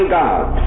god